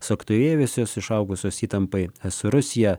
suaktyvėjusios išaugusios įtampai su rusija